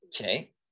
okay